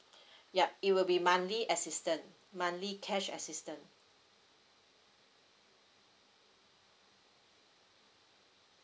yup it will be monthly assistance monthly cash assistance